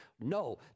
No